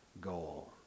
goal